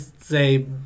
say